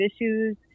issues